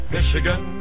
Michigan